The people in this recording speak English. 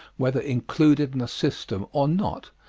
whether included in a system or not,